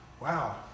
Wow